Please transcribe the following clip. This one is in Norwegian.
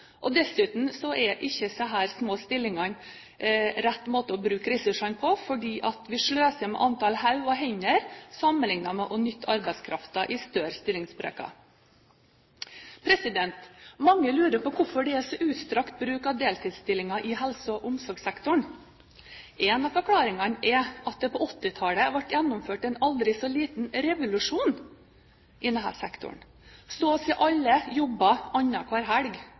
Dessuten er ikke disse små stillingene rett måte å bruke ressursene på, fordi vi sløser med antallet hoder og hender sammenlignet med å nytte arbeidskraften i større stillingsbrøker. Mange lurer på hvorfor det er så utstrakt bruk av deltidsstillinger i helse- og omsorgssektoren. En av forklaringene er at det på 1980-tallet ble gjennomført en aldri så liten revolusjon i denne sektoren. Så å si alle